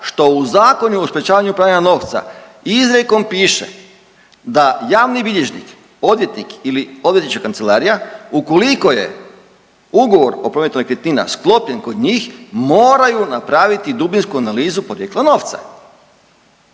što u Zakonu o sprječavanju pranja novca izrijekom piše da javni bilježnik, odvjetnik ili odvjetnička kancelarija ukoliko je ugovor o prometu nekretnina sklopljen kod njih moraju napraviti dubinsku analizu porijekla novca,